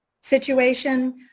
situation